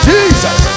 Jesus